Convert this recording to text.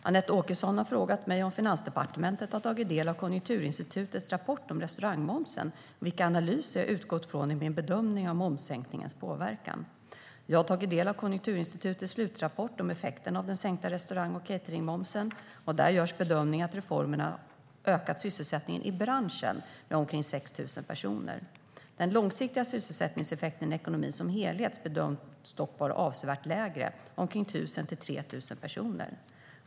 Herr talman! Anette Åkesson har frågat mig om Finansdepartementet har tagit del av Konjunkturinstitutets rapport om restaurangmomsen och vilka analyser jag har utgått från i min bedömning av momssänkningens påverkan. Jag har tagit del av Konjunkturinstitutets slutrapport om effekterna av den sänkta restaurang och cateringmomsen. Där görs bedömningen att reformen har ökat sysselsättningen i branschen med omkring 6 000 personer. Den långsiktiga sysselsättningseffekten i ekonomin som helhet bedöms dock vara avsevärt lägre - omkring 1 000-3 000 personer.